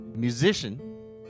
musician